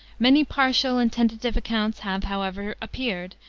many partial and tentative accounts have, however, appeared,